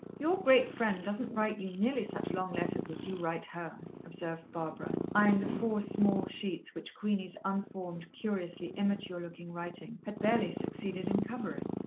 your great friend doesn't write you nearly such long letters as you write her, observed barbara, eyeing the four small sheets which queenie's unformed, curiously immature-looking writing had barely succeeded in covering.